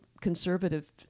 conservative